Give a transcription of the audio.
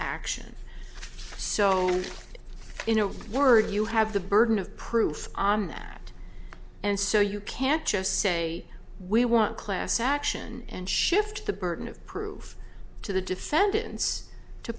action so you know word you have the burden of proof on that and so you can't just say we want class action and shift the burden of proof to the defendants to